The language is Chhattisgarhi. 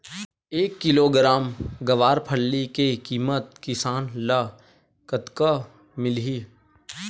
एक किलोग्राम गवारफली के किमत किसान ल कतका मिलही?